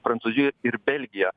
prancūziją ir belgiją